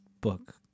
book